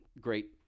great